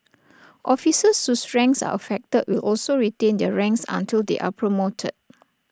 officers whose ranks are affected will also retain their ranks until they are promoted